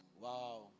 Wow